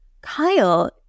Kyle